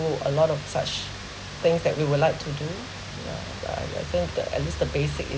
do a lot of such things that we were like to do yeah yeah yeah I think the at least the basic